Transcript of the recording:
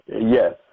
Yes